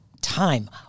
time